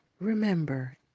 Remember